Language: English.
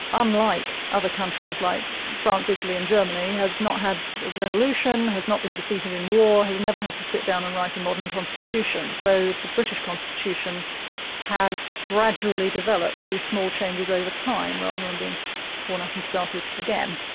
unlike other countries like france, italy and germany, has not had a revolution, has not been defeated in war, has never had to sit down and write a modern constitution. so the british constitution has gradually developed through small changes over time, rather than being torn up and started again.